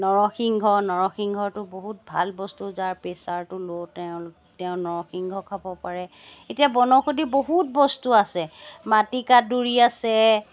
নৰসিংহ নৰসিংহটো বহুত ভাল বস্তু যাৰ প্ৰেছাৰটো ল' তেওঁ তেওঁ নৰসিংহ খাব পাৰে এতিয়া বনৌষধি বহুত বস্তু আছে মাটিকাঁদুৰী আছে